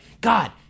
God